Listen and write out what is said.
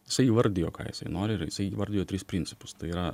jisai įvardijo ką jisai nori ir jisai įvardijo tris principus tai yra